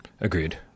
Agreed